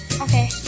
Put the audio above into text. Okay